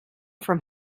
from